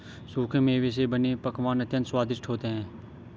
सूखे मेवे से बने पकवान अत्यंत स्वादिष्ट होते हैं